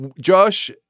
Josh